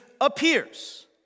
appears